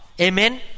Amen